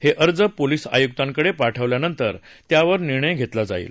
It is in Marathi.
हे अर्ज पोलीस उपायुक्तांकडे पाठवल्यानंतर त्यावर निर्णय घेतला जाईल